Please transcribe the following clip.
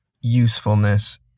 usefulness